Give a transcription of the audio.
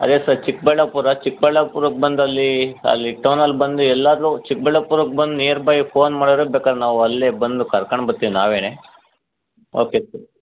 ಅದೇ ಸರ್ ಚಿಕ್ಕಬಳ್ಳಾಪುರ ಚಿಕ್ಕಬಳ್ಳಾಪುರ ಬಂದು ಅಲ್ಲೀ ಅಲ್ಲಿ ಟೋನಲ್ಲಿ ಬಂದು ಎಲ್ಲಾದರು ಚಿಕ್ಕಬಳ್ಳಾಪುರ ಬಂದು ನಿಯರ್ ಬೈ ಫೋನ್ ಮಾಡಿದ್ರೆ ಬೇಕಾರೆ ನಾವು ಅಲ್ಲಿಗೆ ಬಂದು ಕರ್ಕೊಂಡು ಬರ್ತಿವಿ ನಾವೇನೆ ಓಕೆ ಸರ್